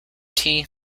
tea